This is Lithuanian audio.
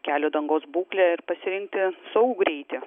kelio dangos būklę ir pasirinkti saugų greitį